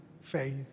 Faith